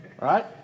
Right